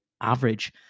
average